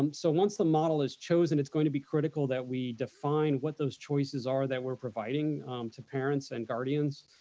um so once the model is chosen, it's going to be critical that we define what those choices are that we're providing to parents and guardians